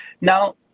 Now